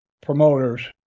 promoters